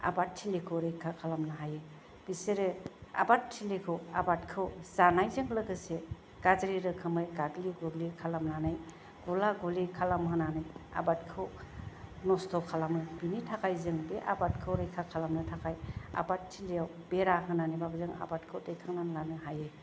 आबाद थिलिखौ रैखा खालामनो हायो बिसोरो आबाद थिलिखौ आबादखौ जानायजों लोगोसे गाज्रि रोखोमै गाग्लि गुग्लि खालामनानै गोला गुलि खालामहोनानै आबादखौ नस्थ' खालामो बेनि थाखाय जों बे आबादखौ रैखा खालामनो थाखाय आबाद थिलियाव बेरा होनानैबाबो जों आबादखौ दैखांनानै लानो हायो